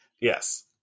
Yes